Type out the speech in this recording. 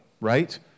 right